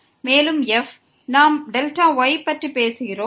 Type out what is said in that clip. மேலும் f இருக்கிறது நாம் Δy பற்றி பேசுகிறோம்